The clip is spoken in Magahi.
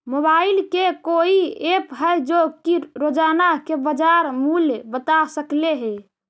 मोबाईल के कोइ एप है जो कि रोजाना के बाजार मुलय बता सकले हे?